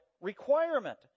requirement